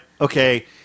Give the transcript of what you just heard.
Okay